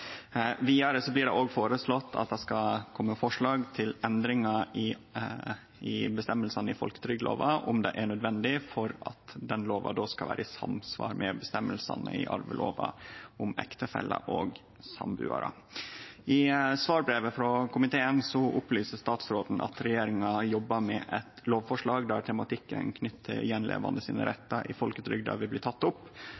blir det føreslått at det skal kome forslag til endringar i føresegnene i folketrygdlova om det er nødvendig for at den lova skal vere i samsvar med føresegnene i arvelova om ektefeller og sambuarar. I svarbrevet til komiteen opplyser statsråden om at regjeringa jobbar med eit lovforslag der tematikken knytt til